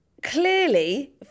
clearly